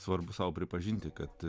svarbu sau pripažinti kad